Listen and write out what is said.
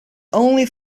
only